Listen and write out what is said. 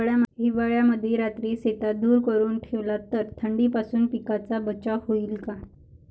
हिवाळ्यामंदी रात्री शेतात धुर करून ठेवला तर थंडीपासून पिकाचा बचाव होईन का?